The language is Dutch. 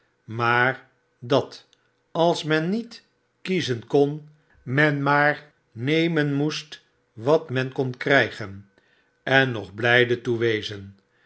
maar dat als men niet kiezen kon men maar nemen moest wat men kon krijgen en nog blijde toe wezen